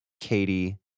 Katie